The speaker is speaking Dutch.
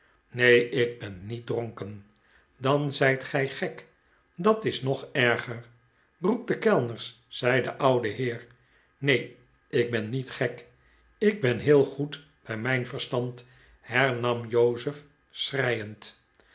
neen ik ben niet dronken dan zijt gij gek dat is nog erger roep de kellners zei de oude heer neen ik ben niet gek ik ben heel goed bij mijn verstand hernam jozef